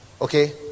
okay